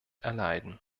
erleiden